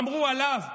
אמרו עליו,